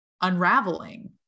unraveling